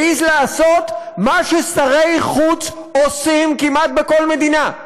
העז לעשות מה ששרי חוץ עושים כמעט בכל מדינה,